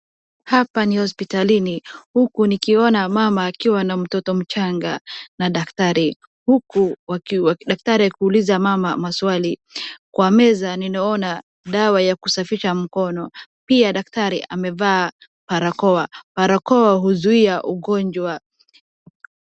Hapa ni hosiptalini, huku nikiona mama akiwa na mtoto mchanga na daktari huku daktari akiuliza mama masswali ,kwa meza ninaona dawa ya kusafisha mkono. Pia daktari amevaa barakoa, barakoa huzuia ugonjwa.